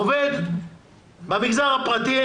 עובד במגזר הפרטי,